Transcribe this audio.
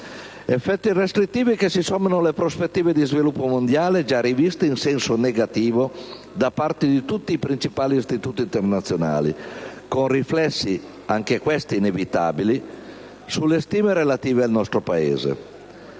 Effetti restrittivi che si sommano alle prospettive di sviluppo mondiale già riviste in senso negativo da parte di tutti i principali istituti internazionali, con riflessi, anche questi inevitabili, sulle stime relative al nostro Paese.